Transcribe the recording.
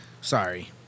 Sorry